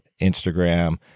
Instagram